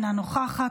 אינה נוכחת,